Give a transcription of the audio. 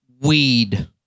Weed